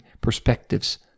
perspectives